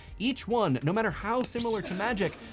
each one, no matter how similar to magic,